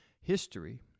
History